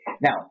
Now